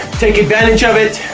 take advantage of it,